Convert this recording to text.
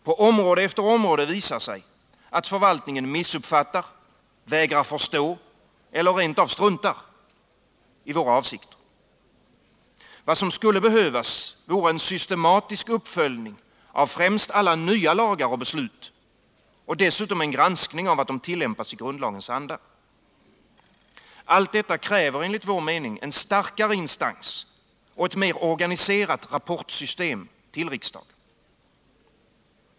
På område efter område visar det sig att förvaltningen missuppfattar, vägrar förstå eller rent av struntar i våra avsikter. Vad som behövs är en systematisk uppföljning av främst alla nya lagar och beslut och dessutom en granskning av att de tillämpas i grundlagens anda. Allt detta kräver en starkare instans och ett mer organiserat system för rapporter till riksdagen.